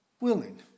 willing